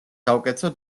საუკეთესო